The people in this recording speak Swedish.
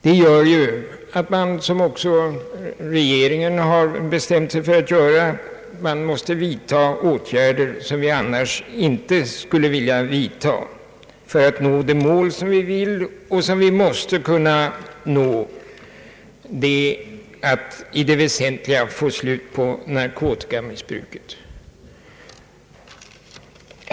Det gör att man, som regeringen också har bestämt sig för att göra, måste vidta åtgärder som vi annars inte skulle vilja tillgripa för att nå det mål som vi vill nå och som vi måste kunna nå, nämligen att i det väsentliga få slut på narkotikamissbruket.